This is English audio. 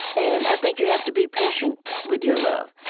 and i think you have to be patient with your love.